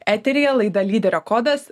eteryje laida lyderio kodas